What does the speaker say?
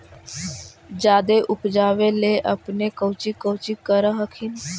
जादे उपजाबे ले अपने कौची कौची कर हखिन?